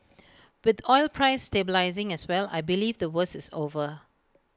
with oil prices stabilising as well I believe the worst is over